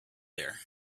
there